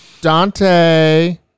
Dante